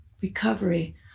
recovery